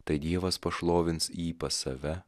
tai dievas pašlovins jį pas save